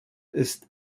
ist